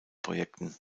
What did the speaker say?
projekten